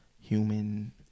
human